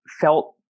felt